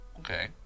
Okay